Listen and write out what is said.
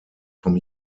vom